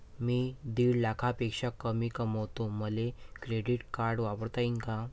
मी दीड लाखापेक्षा कमी कमवतो, मले क्रेडिट कार्ड वापरता येईन का?